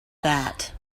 that